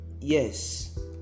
Yes